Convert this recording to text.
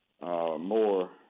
more